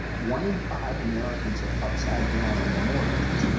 one in five americans are upside down on their mortgages.